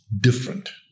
different